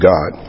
God